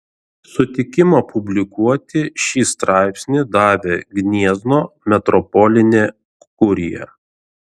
sutikimą publikuoti šį straipsnį davė gniezno metropolinė kurija